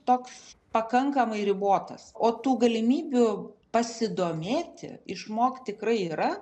toks pakankamai ribotas o tų galimybių pasidomėti išmokt tikrai yra